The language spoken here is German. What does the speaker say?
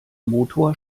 motor